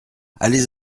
allez